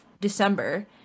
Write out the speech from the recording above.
December